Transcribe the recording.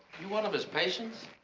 you one of his patients?